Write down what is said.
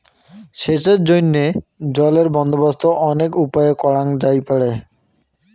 সেচের জইন্যে জলের বন্দোবস্ত অনেক উপায়ে করাং যাইপারে